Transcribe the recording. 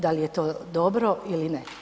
Da li je to dobro ili ne?